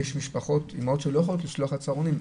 יש משפחות רבות שלא יכולות לשלוח לצהרונים,